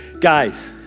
Guys